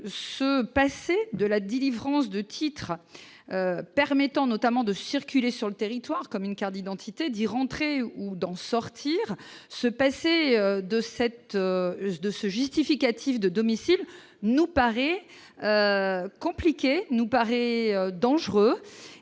se passer de la délivrance de titres permettant notamment de circuler sur le territoire commune car d'entités dire entrer ou d'en sortir, se passer de cette, de ce justificatif de domicile, nous paraît compliqué nous paraît dangereuse